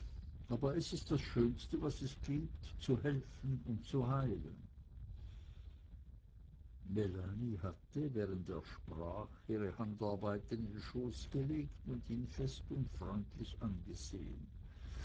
aber es ist das schönste was es gibt zu helfen und zu heilen melanie hatte während er sprach ihre handarbeit in den schoß gelegt und ihn fest und freundlich angesehen